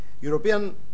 European